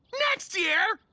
next year?